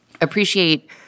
appreciate